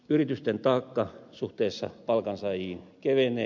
yritysten taakka suhteessa palkansaajiin kevenee